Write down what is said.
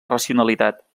racionalitat